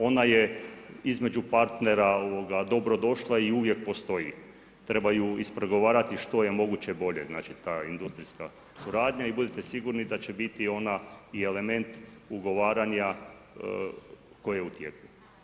Ona je između partnera dobrodošla i uvijek postoji, treba ju ispregovarati što je moguće bolje, ta industrijska suradnja i budite sigurni da će biti ona element ugovaranja koji je u tijeku.